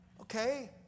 Okay